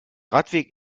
radweg